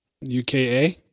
UKA